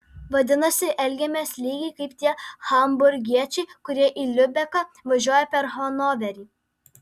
vadinasi elgiamės lygiai kaip tie hamburgiečiai kurie į liubeką važiuoja per hanoverį